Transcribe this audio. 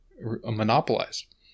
monopolized